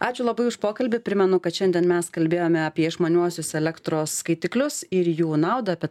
ačiū labai už pokalbį primenu kad šiandien mes kalbėjome apie išmaniuosius elektros skaitiklius ir jų naudą apie